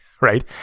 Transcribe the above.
right